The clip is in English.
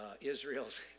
Israel's